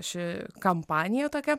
ši kampanija tokia